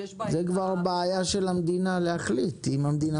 זאת כבר בעיה של המדינה להחליט אם המדינה